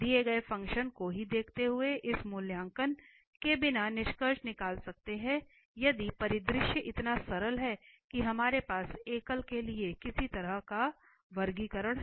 दिए गए फ़ंक्शन को ही देखते हुए हम मूल्यांकन के बिना निष्कर्ष निकाल सकते हैं यदि परिदृश्य इतना सरल है कि हमारे पास एकल के लिए किस तरह का वर्गीकरण है